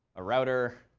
a router